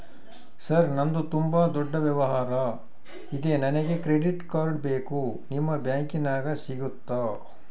Sir ನಂದು ತುಂಬಾ ದೊಡ್ಡ ವ್ಯವಹಾರ ಇದೆ ನನಗೆ ಕ್ರೆಡಿಟ್ ಕಾರ್ಡ್ ಬೇಕು ನಿಮ್ಮ ಬ್ಯಾಂಕಿನ್ಯಾಗ ಸಿಗುತ್ತಾ?